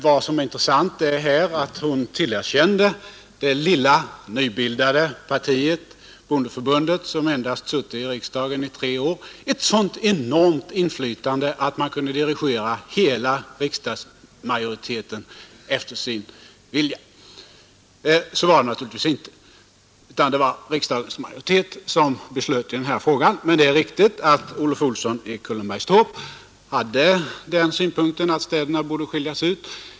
Vad som är intressant är att hon tillerkände det lilla nybildade partiet bondeförbundet, som vid denna tidpunkt funnits i riksdagen endast under tre år, ett så enormt inflytande att det kunde dirigera hela riksdagsmajoriteten efter sin vilja. Så var det naturligtvis inte utan det var riksdagens majoritet som beslöt i denna fråga. Men det är riktigt att Olof Olsson i Kullenbergstorp hade den synpunkten att städerna borde skiljas ut.